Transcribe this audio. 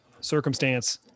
circumstance